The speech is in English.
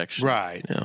right